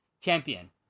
champion